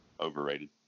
Overrated